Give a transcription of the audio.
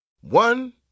One